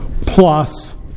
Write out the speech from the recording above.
plus